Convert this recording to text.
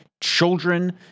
children